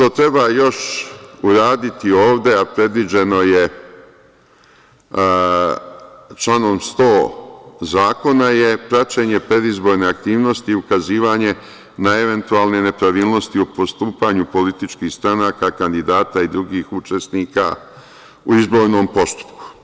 Ono što treba još uraditi ovde, a predviđeno je članom 100. zakona, je praćenje predizborne aktivnosti i ukazivanje na eventualne nepravilnosti u postupanju političkih stranaka, kandidata i drugih učesnika u izbornom postupku.